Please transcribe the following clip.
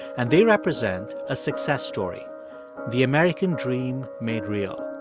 and they represent a success story the american dream made real.